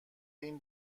این